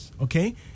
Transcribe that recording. Okay